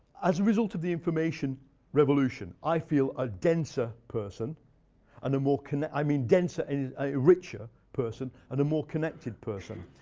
as a result of the information revolution, i feel a denser person and a more i mean, denser and a richer person, and a more connected person.